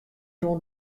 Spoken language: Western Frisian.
rûn